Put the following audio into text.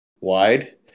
wide